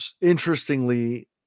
interestingly